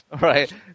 Right